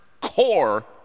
core